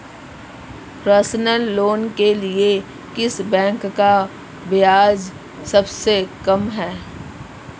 Personal loan के लिए किस बैंक का ब्याज सबसे कम है?